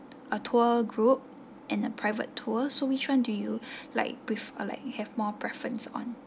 a tour group and a private tour so which one do you like pref~ or like you have more preference on